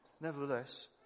nevertheless